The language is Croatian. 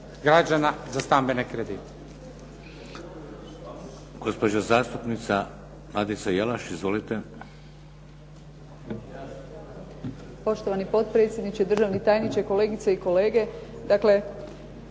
otpada na stambene kredite.